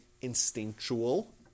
instinctual